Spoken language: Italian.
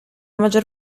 maggior